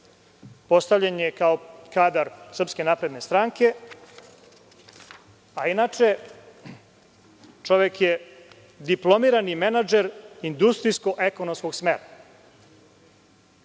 Postavljen je kao kadar SNS, a inače čovek je diplomirani menadžer industrijsko-ekonomskog smera,